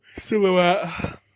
Silhouette